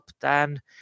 Dan